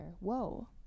Whoa